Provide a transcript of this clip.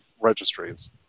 registries